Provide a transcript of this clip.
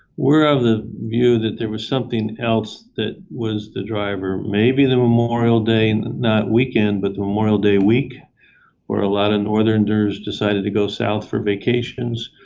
we're of the view that there was something else that was the driver. maybe the memorial day not weekend, but the memorial day week where a lot of northerners decided to go south for vacations.